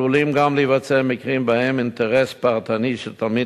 עלולים גם להיווצר מקרים שבהם אינטרס פרטני של תלמיד